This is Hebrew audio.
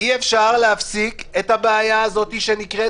אי-אפשר יהיה להפסיק את הבעיה שנקראת